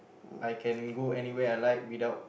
I can go anywhere I like without